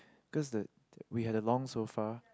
cause the we had a long sofa